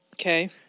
Okay